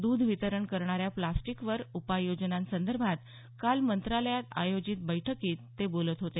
दुध वितरण करणाऱ्या प्लास्टीकवर उपाययोजनांसंदर्भात काल मंत्रालयात आयोजित बैठकीत ते बोलत होते